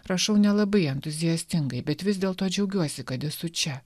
rašau nelabai entuziastingai bet vis dėlto džiaugiuosi kad esu čia